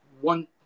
one-